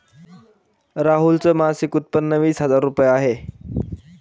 राहुल च मासिक उत्पन्न वीस हजार रुपये आहे